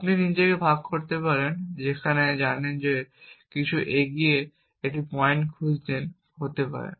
আপনি নিজেকে ভাগ করতে পারেন যেখানে জানেন যে মত কিছু এগিয়ে পয়েন্ট খুঁজছেন হতে পারে